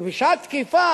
כי ב"שעת תקיפה"